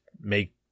make